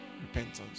Repentance